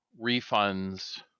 refunds